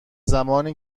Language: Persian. زمانی